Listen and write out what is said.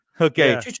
Okay